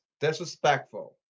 disrespectful